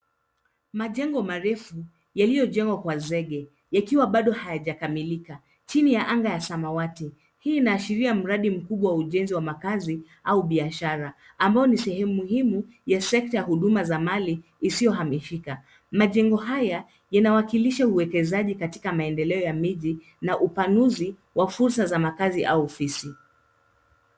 Majengo marefu, yaliojengwa kwa zege, yakiwa bado hayajakamilika, chini ya anga ya samawati. Hii inaashiria mradi mkubwa wa ujenzi wa makazi, au biashara, ambao ni sehemu muhimu ya sekta ya huduma za mali, isiohamishika. Majengo haya yanawakilisha uwekezaji katika maendeleo ya miji, na upanuzi wa fursa za makazi, au ofisi.